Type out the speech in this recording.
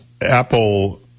Apple